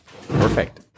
Perfect